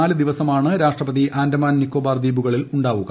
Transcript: നാല് ദിവസമാണ് രാഷ്ട്രപതി ആൻഡമാൻ നിക്കോബാർ ദ്വീപുകളിലുണ്ടാവുക